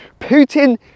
Putin